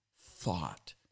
thought